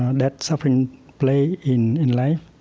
and that suffering play in in life,